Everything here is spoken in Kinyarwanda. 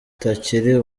atakiri